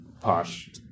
posh